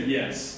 Yes